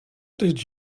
did